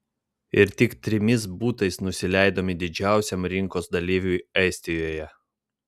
ir tik trimis butais nusileidome didžiausiam rinkos dalyviui estijoje